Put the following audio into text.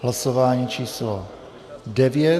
Hlasování číslo 9.